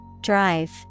Drive